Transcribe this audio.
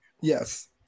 yes